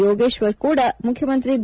ಯೋಗೇಶ್ವರ್ ಕೂಡಾ ಮುಖ್ಯಮಂತ್ರಿ ಬಿ